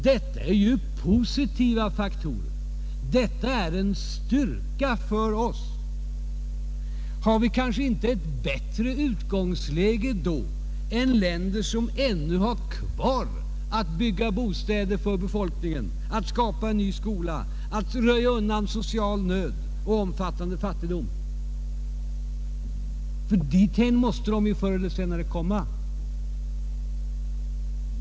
Detta är ju positiva faktorer, detta är en styrka för oss. Har vi kanske inte ett bättre utgångsläge då än länder som ännu har kvar att bygga bostäder för befolkningen, att skapa en ny skola, att röja undan social nöd och omfattande fattigdom? Dithän måste de ju förr eller senare komma.